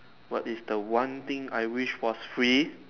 what is the one thing I wish for free